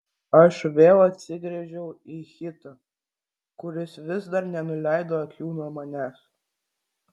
aš vėl atsigręžiau į hitą kuris vis dar nenuleido akių nuo manęs